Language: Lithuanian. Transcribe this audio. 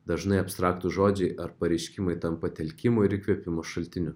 dažnai abstraktūs žodžiai ar pareiškimai tampa telkimo ir įkvėpimo šaltiniu